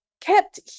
kept